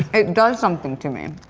it does something to me.